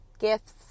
gifts